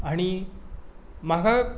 आनी म्हाका